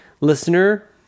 listener